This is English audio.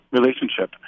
relationship